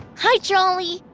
hi, trolley.